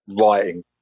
writing